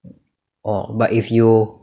orh but if you